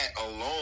alone